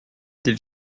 des